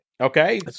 Okay